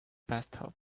bathtub